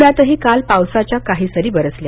पुण्तही काल पावसाच्या काही सरी बरसल्या